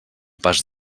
pas